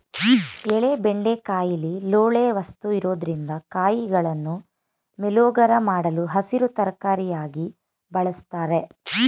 ಎಳೆ ಬೆಂಡೆಕಾಯಿಲಿ ಲೋಳೆ ವಸ್ತು ಇರೊದ್ರಿಂದ ಕಾಯಿಗಳನ್ನು ಮೇಲೋಗರ ಮಾಡಲು ಹಸಿರು ತರಕಾರಿಯಾಗಿ ಬಳುಸ್ತಾರೆ